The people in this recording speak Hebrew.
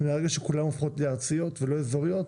מהרגע שכולן הופכות לארציות ולא לאזוריות,